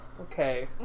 Okay